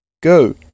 Go